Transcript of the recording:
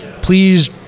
please